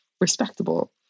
respectable